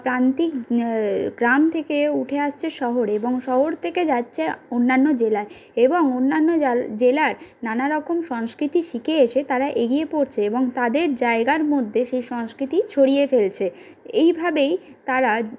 প্রান্তিক গ্রাম থেকে উঠে আসছে শহরে এবং শহর থেকে যাচ্ছে অন্যান্য জেলায় এবং অন্যান্য জেলার নানারকম সংস্কৃতি শিখে এসে তারা এগিয়ে পড়ছে এবং তাদের জায়গার মধ্যে সেই সংস্কৃতি ছড়িয়ে ফেলছে এইভাবেই তারা